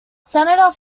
senator